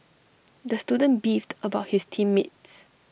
the student beefed about his team mates